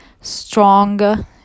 strong